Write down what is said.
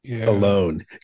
alone